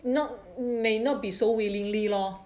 not may not be so willingly lor